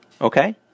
Okay